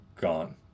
gone